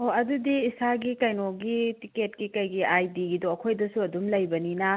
ꯑꯣ ꯑꯗꯨꯗꯤ ꯏꯁꯥꯒꯤ ꯀꯩꯅꯣꯒꯤ ꯇꯤꯀꯦꯠꯀꯤ ꯀꯩꯒꯤ ꯑꯥꯏ ꯗꯤꯒꯤꯗꯣ ꯑꯩꯈꯣꯏꯗꯁꯨ ꯑꯗꯨꯝ ꯂꯩꯕꯅꯤꯅ